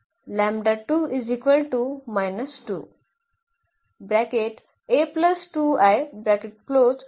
So